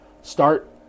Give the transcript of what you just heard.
start